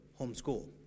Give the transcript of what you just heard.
homeschool